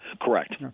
Correct